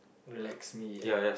relax me and